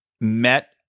met